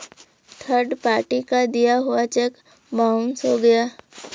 third party का दिया हुआ चेक बाउंस हो गया